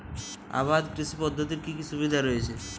আবাদ কৃষি পদ্ধতির কি কি সুবিধা রয়েছে?